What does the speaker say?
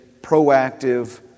proactive